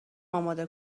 اماده